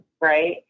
right